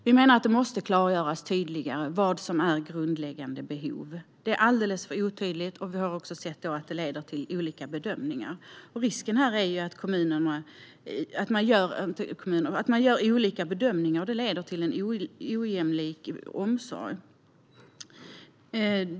Vi menar att det måste klargöras tydligare vad som är "grundläggande behov". Det är alldeles för otydligt. Vi har sett att det leder till olika bedömningar. Risken är att man gör olika bedömningar, och det leder till en ojämlik omsorg.